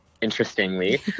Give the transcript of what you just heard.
interestingly